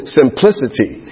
simplicity